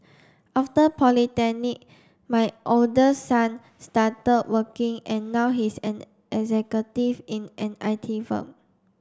after polytechnic my older son start working and now he's an executive in an I T firm